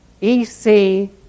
EC